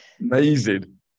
Amazing